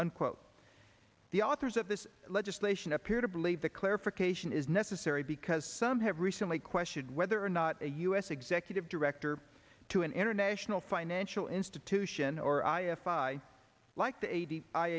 unquote the authors of this legislation appear to believe the clarification is necessary because some have recently questioned whether or not a us executive director to an international financial institution or i s i like the eight